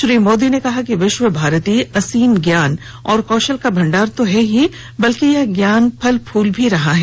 श्री मोदी ने कहा कि विश्व भारती असीम ज्ञान और कौशल का भंडार तो है ही बल्कि यह ज्ञान फल फूल भी रहा है